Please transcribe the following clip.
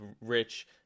rich